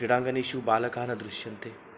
क्रीडाङ्गणेषु बालकाः न दृश्यन्ते